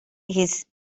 his